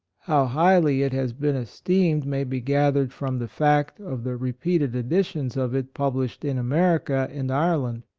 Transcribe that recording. how highly it has been esteemed may be gathered from the fact of the repeated editions of it published in america and ireland.